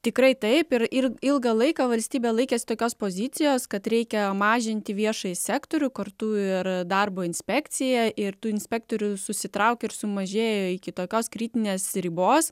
tikrai taip ir ir ilgą laiką valstybė laikėsi tokios pozicijos kad reikia mažinti viešąjį sektorių kartu ir darbo inspekciją ir tų inspektorių susitraukė ir sumažėjo iki tokios kritinės ribos